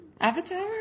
Avatar